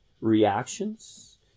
reactions